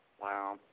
Wow